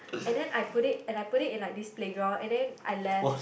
and then I put it and I put it in like this playground and then I left